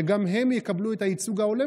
שגם הם יקבלו את הייצוג ההולם,